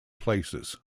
places